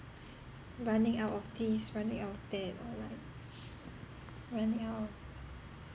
running out of this running out of that or like running out of